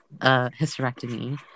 hysterectomy